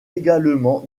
également